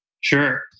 Sure